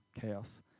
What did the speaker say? chaos